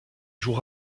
joue